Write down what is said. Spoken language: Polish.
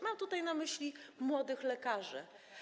Mam tutaj na myśli młodych lekarzy.